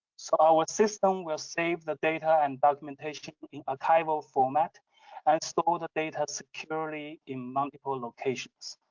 so our system will save the data and documentation in archival format and store the data securely in multiple locations.